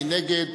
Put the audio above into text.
מי נגד?